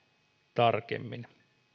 tarkemmin